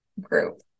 group